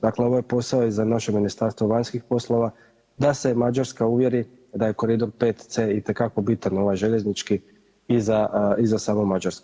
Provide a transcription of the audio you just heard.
Dakle, ovo je posao i za naše Ministarstvo vanjskih poslova da se Mađarska uvjeri da je koridor 5C itekako bitan ovaj željeznički i za samu Mađarsku.